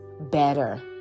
better